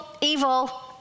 evil